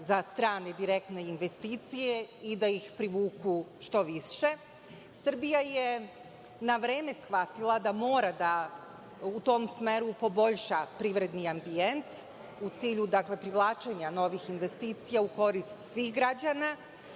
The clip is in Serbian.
za strane, direktne investicije i da ih privuku što više. Srbija je na vreme shvatila da mora u tom smeru da poboljša privredni ambijent, dakle u cilju privlačenja novih investicija u korist svih građana.